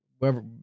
Whoever